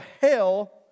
hell